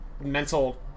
mental